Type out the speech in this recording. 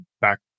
back